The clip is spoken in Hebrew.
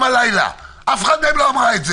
מועילה, בעיניי אני מאוד מועילה.